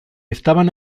estaban